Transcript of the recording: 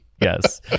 Yes